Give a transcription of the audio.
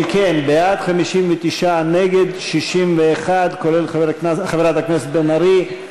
אם כן, 59 בעד, 61 נגד, כולל חברת הכנסת בן ארי.